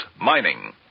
mining